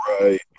Right